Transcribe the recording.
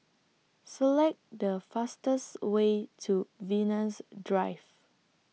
Select The fastest Way to Venus Drive